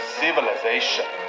civilization